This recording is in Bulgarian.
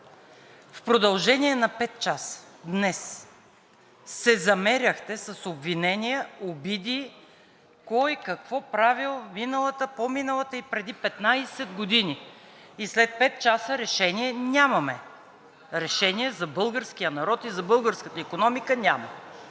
В продължение на пет часа днес се замеряхте с обвинения, обиди кой какво правил миналата, по-миналата и преди 15 години, и след пет часа решение нямаме – решение за българския народ и за българската икономика нямаме.